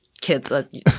kids